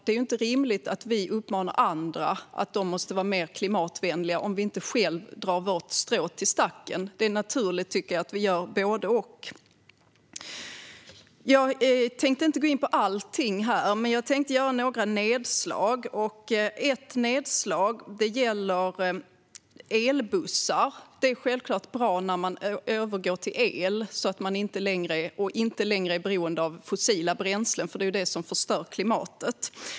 Det är ju inte rimligt att vi uppmanar andra att vara mer klimatvänliga om vi inte själva drar vårt strå till stacken. Det är naturligt, tycker jag, att vi gör både och. Jag tänkte inte gå in på allting här, men jag tänkte göra några nedslag. Ett nedslag gäller elbussar. Det är självklart bra när man övergår till el så att man inte längre är beroende av fossila bränslen, för det är ju de som förstör klimatet.